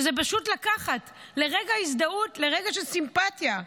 זה פשוט לקחת, לרגע הזדהות, לרגע של סימפטיה,